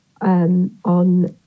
on